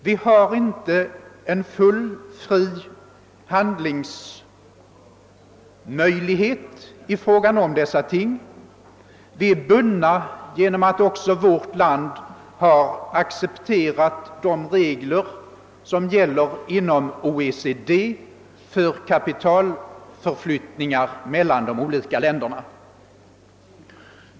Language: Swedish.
Vi har inte fullständig handlingsfrihet på detta område. Vi är bundna genom att också vårt land har accepterat de regler som gäller inom OECD för kapitalförflyttningar mellan de olika länderna.